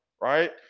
Right